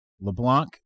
LeBlanc